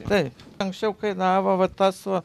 taip anksčiau kainavo va tas va